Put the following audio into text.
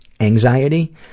anxiety